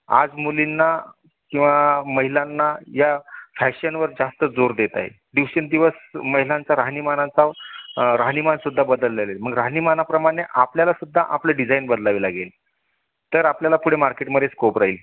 आज मुलींना किंवा महिलांना या फॅशनवर जास्त जोर देता येईल दिवसेंदिवस महिलांचं राहणीमान असावं राहणीमानसुद्धा बदललं आहे मग राहणीमानाप्रमाणे आपल्याला सुद्धा आपलं डिझाईन बदलावी लागेल तर आपल्याला पुढे मार्केटमध्ये स्कोप राहील